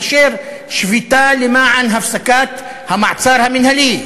מאשר שביתה למען הפסקת המעצר המינהלי.